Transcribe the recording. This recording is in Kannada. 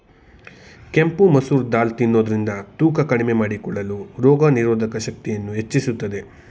ಕೆಂಪು ಮಸೂರ್ ದಾಲ್ ತಿನ್ನೋದ್ರಿಂದ ತೂಕ ಕಡಿಮೆ ಮಾಡಿಕೊಳ್ಳಲು, ರೋಗನಿರೋಧಕ ಶಕ್ತಿಯನ್ನು ಹೆಚ್ಚಿಸುತ್ತದೆ